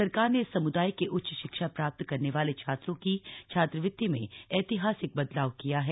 सरकार ने इस सम्दाय के उच्च शिक्षा प्राप्त करने वाले छात्रों की छात्रवृति में ऐतिहासिक बदलाव किया है